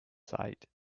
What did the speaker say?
site